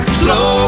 slow